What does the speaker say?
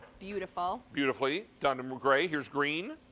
beautiful. beautifully done in grey. here is green.